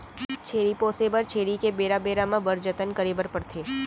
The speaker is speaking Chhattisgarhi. छेरी पोसे बर छेरी के बेरा बेरा म बड़ जतन करे बर परथे